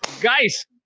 Guys